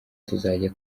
tuzajya